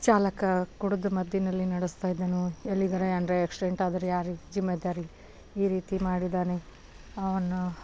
ಚಾಲಕ ಕುಡಿದ ಮತ್ತಿನಲ್ಲಿ ನಡೆಸ್ತಾಯಿದ್ದನು ಎಲ್ಲಿಗಾರ ಏನಾರ ಎಕ್ಸಿಡೆಂಟಾದರೆ ಯಾರು ಜಿಮ್ಮೆದಾರಿ ಈ ರೀತಿ ಮಾಡಿದ್ದಾನೆ ಅವನ